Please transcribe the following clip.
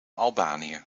albanië